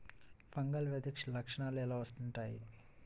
Fungal వ్యాధి లక్షనాలు ఎలా వుంటాయి?